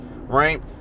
right